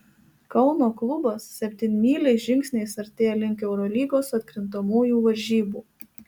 kauno klubas septynmyliais žingsniais artėja link eurolygos atkrintamųjų varžybų